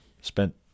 spent